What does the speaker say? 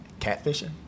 catfishing